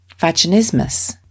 vaginismus